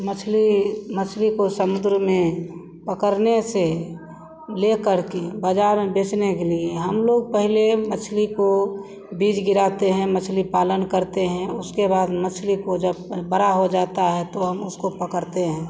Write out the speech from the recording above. मछली मछली को समुद्र में पकड़ने से ले करके बाज़ार में बेचने के लिए हमलोग पहले मछली को बीज गिराते हैं मछली पालन करते हैं उसके बाद मछली को जब बड़ी हो जाती है तो हम उसको पकड़ते हैं